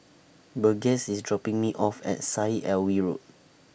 Burgess IS dropping Me off At Syed Alwi Road